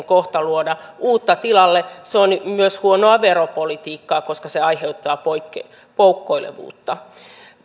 kohta luoda uutta tilalle se on myös huonoa veropolitiikkaa koska se aiheuttaa poukkoilevuutta